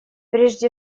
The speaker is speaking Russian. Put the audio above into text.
прежде